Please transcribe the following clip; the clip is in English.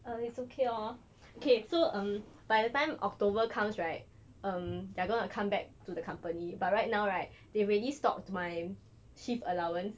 uh it's okay lor okay so um by the time october comes right um they're gonna come back to the company but right now right they've already stopped my shift allowance